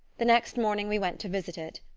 the next morning we went to visit it.